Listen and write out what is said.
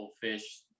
fish